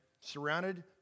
surrounded